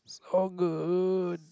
all good